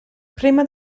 prima